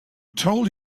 told